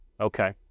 okay